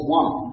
one